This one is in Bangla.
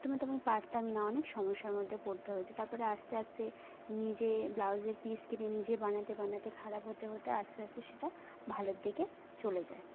প্রথমে তো আমি পারতামই না অনেক সমস্যার মধ্যে পড়তে হয়েছে তারপরে আস্তে আস্তে নিজে ব্লাউজের পিস কিনে নিজে বানাতে বানাতে খারাপ হতে হতে আস্তে আস্তে সেটা ভালোর দিকে চলে যায়